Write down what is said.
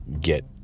get